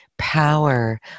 power